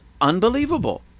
unbelievable